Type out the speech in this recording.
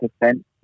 percent